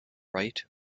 right